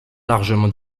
largement